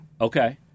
Okay